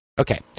okay